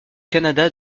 canada